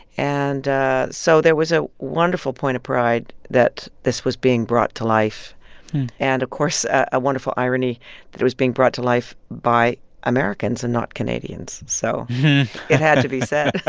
and so there was a wonderful point of pride that this was being brought to life and, of course, a wonderful irony that it was being brought to life by americans and not canadians. so it had to be said